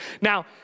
Now